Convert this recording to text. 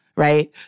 right